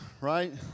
right